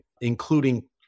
including